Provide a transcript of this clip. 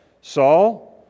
Saul